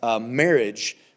marriage